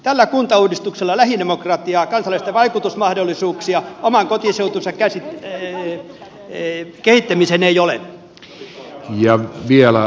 tällä kuntauudistuksella lähidemokratiaa kansalaisten vaikutusmahdollisuuksia oman kotiseutunsa kehittämiseen ei ole